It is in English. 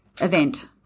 event